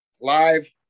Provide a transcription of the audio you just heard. live